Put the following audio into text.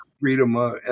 freedom